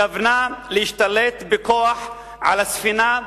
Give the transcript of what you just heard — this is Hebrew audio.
התכוונה להשתלט בכוח על הספינה,